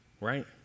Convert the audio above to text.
right